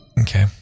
Okay